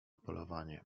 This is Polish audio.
polowanie